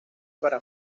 para